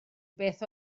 beth